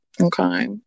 Okay